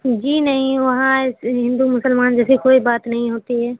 جی نہیں وہاں ہندو مسلمان جیسی کوئی بات نہیں ہوتی ہے